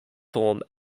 form